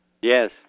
Yes